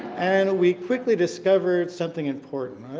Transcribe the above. and we quickly discovered something important.